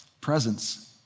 Presence